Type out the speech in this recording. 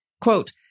Quote